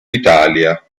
italia